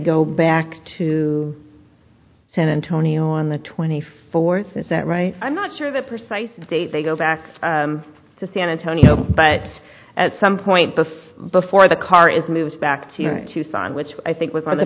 go back to san antonio on the twenty fourth is that right i'm not sure the precise date they go back to san antonio but at some point before before the car is moved back to tucson which i think was on the